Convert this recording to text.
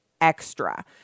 extra